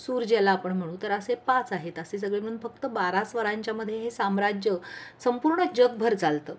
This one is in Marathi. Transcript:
सूर ज्याला आपण म्हणू तर असे पाच आहेत असे सगळे म्हणून फक्त बारा स्वरांच्यामध्ये हे साम्राज्य संपूर्ण जगभर चालतं